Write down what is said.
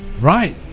Right